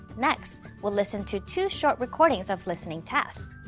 next, we'll listen to two short recordings of listening tasks.